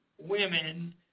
women